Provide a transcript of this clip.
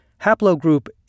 Haplogroup